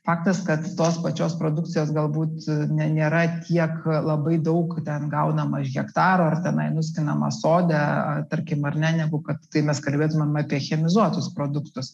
faktas kad tos pačios produkcijos galbūt ne nėra tiek labai daug ten gaunama iš hektaro ar tenai nuskinama sode tarkim ar ne negu kad kai mes kalbėtumėm apie chemizuotus produktus